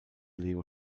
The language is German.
leo